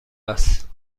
است